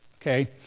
Okay